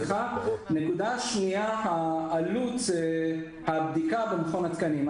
נקודה שניה היא עלות הבדיקה במכון התקנים.